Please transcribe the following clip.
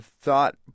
thought